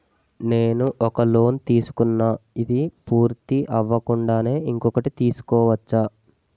నేను ఒక లోన్ తీసుకున్న, ఇది పూర్తి అవ్వకుండానే ఇంకోటి తీసుకోవచ్చా?